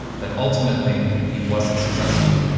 but ultimately he wasn't successful.